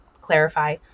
clarify